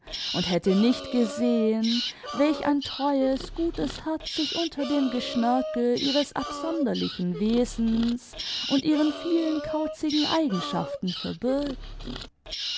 und hätte nicht gesehen welch ein treues gutes herz sich unter dem geschnörkel ihres absonderlichen wesens und ihren vielen kauzigen eigenschaften verbirgt